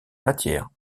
matière